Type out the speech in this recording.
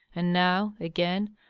and now, again,